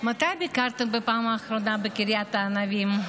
מתי ביקרתם בפעם האחרונה בקריית ענבים?